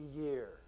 year